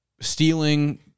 stealing